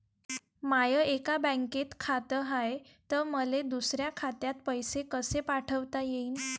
माय एका बँकेत खात हाय, त मले दुसऱ्या खात्यात पैसे कसे पाठवता येईन?